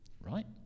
Right